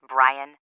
Brian